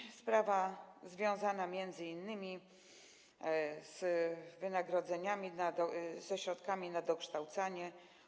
I sprawa związana m.in. z wynagrodzeniami, ze środkami na dokształcanie.